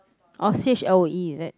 oh C H L O E is it